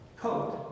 coat